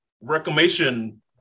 reclamation